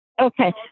Okay